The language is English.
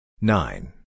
Nine